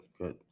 Good